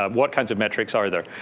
um what kinds of metrics are there.